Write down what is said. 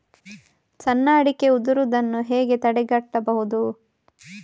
ಸಣ್ಣ ಅಡಿಕೆ ಉದುರುದನ್ನು ಹೇಗೆ ತಡೆಗಟ್ಟಬಹುದು?